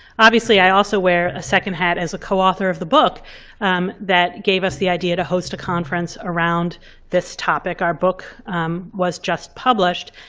obviously, i also wear a second hat as a co-author of the book that gave us the idea to host a conference around this topic. our book was just published.